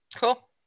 Cool